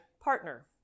partner